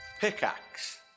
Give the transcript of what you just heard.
Pickaxe